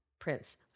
prince